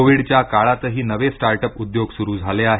कोविडच्या काळातही नवे स्टार्ट अप उद्योग सुरू झाले आहेत